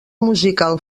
musical